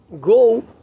go